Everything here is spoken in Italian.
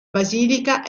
basilica